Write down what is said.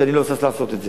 כי אני לא שש לעשות את זה.